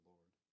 Lord